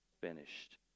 finished